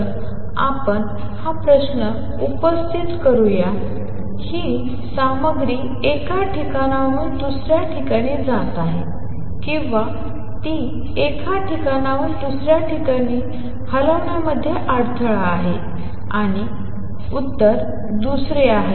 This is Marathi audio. तर आपण हा प्रश्न उपस्थित करूया ही सामग्री एका ठिकाणाहून दुसऱ्या ठिकाणी जात आहे किंवा ती एका ठिकाणाहून दुसऱ्या ठिकाणी हलवण्यामध्ये अडथळा आहे आणि उत्तर दुसरे आहे